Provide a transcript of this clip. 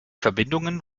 verbindungen